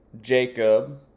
Jacob